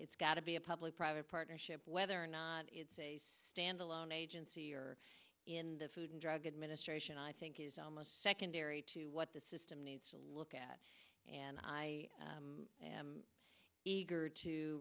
it's got to be a public private partnership whether or not it's a standalone agency or in the food and drug administration i think is almost secondary to what the system needs to look at and i am eager to